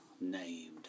named